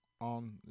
On